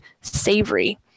savory